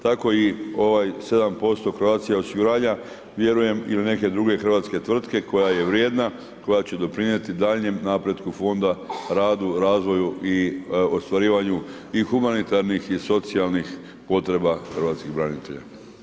Tako i ovaj 7% Croatia osiguranja vjerujem il neke druge hrvatske tvrtke koja je vrijedna, koja će doprinijeti daljnjem napretku fonda radu, razvoju i ostvarivanju i humanitarnih i socijalnih potreba hrvatskih branitelja.